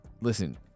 Listen